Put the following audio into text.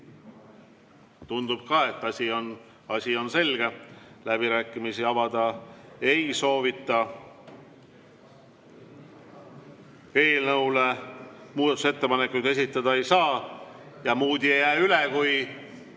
Tundub ka, et asi on selge. Läbirääkimisi avada ei soovita. Eelnõu kohta muudatusettepanekuid esitada ei saa ja muud ei jää üle kui